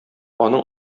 аның